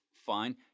Fine